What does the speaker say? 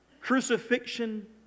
crucifixion